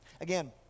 Again